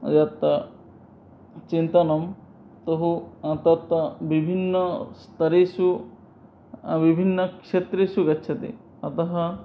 यथा चिन्तनं तो हु तत् विभिन्नस्तरेषु विभिन्नक्षेत्रेषु गच्छति अतः